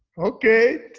okay.